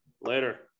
later